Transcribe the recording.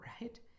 right